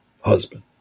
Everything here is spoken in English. husband